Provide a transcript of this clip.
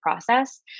process